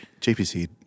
JPC